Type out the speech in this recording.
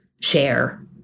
share